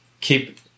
keep